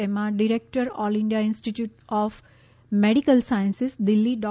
તેમાં director All India Institute of Medical Sciences Delhi Dr